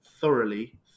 thoroughly